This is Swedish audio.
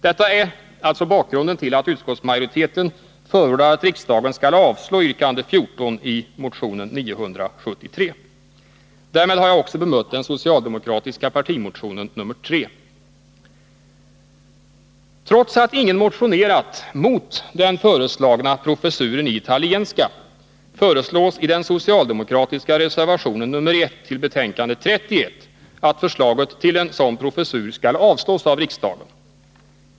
Detta är alltså bakgrunden till att utskottsmajoriteten förordar att riksdagen skall avslå yrkande 14 i motion 973. Därmed har jag också bemött den socialdemokratiska reservationen nr 3. Trots att ingen motionerat mot den föreslagna professuren i italienska föreslås i den socialdemokratiska reservationen nr 1 till betänkande 31 att förslaget till en sådan professur skall avslås av riksdagen.